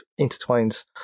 intertwines